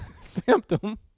symptom